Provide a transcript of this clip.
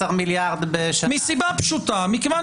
מסיבה פשוטה: מכיוון